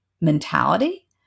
mentality